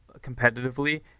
competitively